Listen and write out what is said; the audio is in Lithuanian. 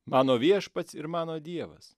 mano viešpats ir mano dievas